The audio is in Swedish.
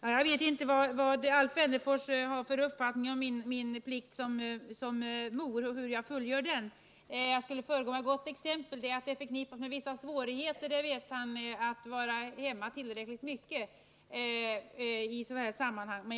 Herr talman! Jag vet inte vilken uppfattning Alf Wennerfors har om min plikt såsom mor och hur jag fullgör den. Jag skulle föregå med gott exempel. Men det är förknippat med vissa svårigheter att vara hemma tillräckligt mycket i sådana sammanhang.